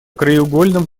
краеугольным